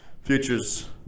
futures